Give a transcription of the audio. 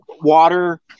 water